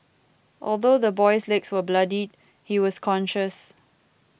although the boy's legs were bloodied he was conscious